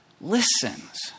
listens